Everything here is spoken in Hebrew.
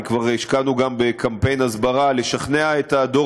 כבר השקענו גם בקמפיין הסברה לשכנוע הדור